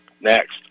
next